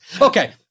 Okay